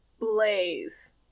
blaze